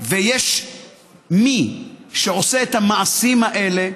ויש מי שעושה את המעשים האלה,